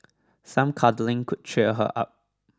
some cuddling could cheer her up